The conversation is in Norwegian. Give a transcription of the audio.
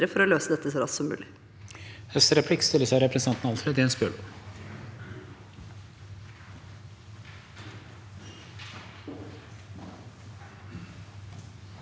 for å løse dette så raskt som mulig.